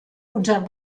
unter